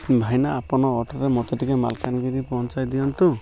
ଭାଇନା ଆପଣ ଅଟୋରେ ମୋତେ ଟିକେ ମାଲକାନଗିରି ପହଞ୍ଚାଇ ଦିଅନ୍ତୁ